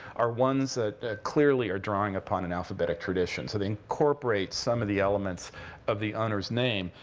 are ones that clearly are drawing upon an alphabetic tradition. so they incorporate some of the elements of the owner's name.